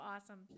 awesome